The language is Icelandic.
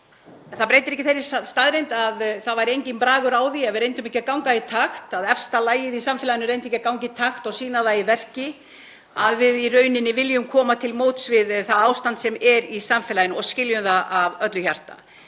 það breytir ekki þeirri staðreynd að það væri enginn bragur á því að við reyndum ekki að ganga í takt, að efsta lagið í samfélaginu reyndi ekki að ganga í takt og sýna það í verki að við viljum í rauninni koma til móts við það ástand sem er í samfélaginu og skiljum það af öllu hjarta.